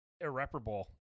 irreparable